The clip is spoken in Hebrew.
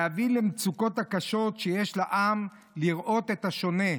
להבין למצוקות הקשות שיש לעם, לראות את השונה,